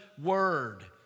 word